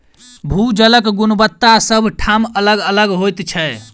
भू जलक गुणवत्ता सभ ठाम अलग अलग होइत छै